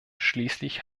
schließlich